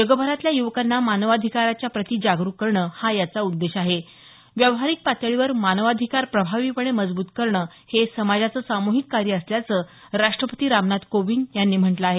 जगभरातल्या युवकांना मानवाधिकाराच्या प्रति जागरूक करणं हा याचा उद्देश्य आहे व्यावहारिक पातळीवर मानवाधिकार प्रभावीपणे मजबूत करणं हे सामाजाचं सामुहिक कार्य असल्याचं राष्ट्रपती रामनाथ कोविंद यांनी म्हटलं आहे